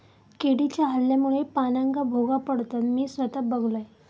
किडीच्या हल्ल्यामुळे पानांका भोका पडतत, मी स्वता बघलंय